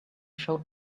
showed